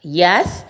yes